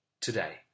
today